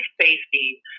safety